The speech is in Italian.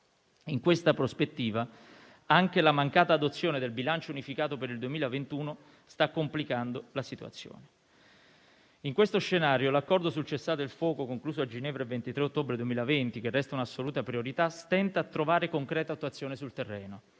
In questa prospettiva, anche la mancata adozione del bilancio unificato per il 2021 sta complicando la situazione. In questo scenario, l'accordo sul cessate il fuoco concluso a Ginevra il 23 ottobre 2020, che resta un'assoluta priorità, stenta a trovare concreta attuazione sul terreno.